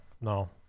No